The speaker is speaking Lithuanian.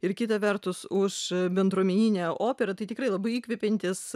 ir kita vertus už bendruomeninę operą tai tikrai labai įkvepiantys